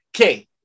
okay